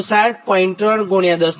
3 10 3 અને આ 148